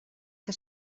que